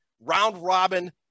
round-robin